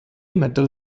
metal